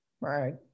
Right